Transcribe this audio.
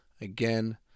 Again